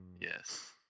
Yes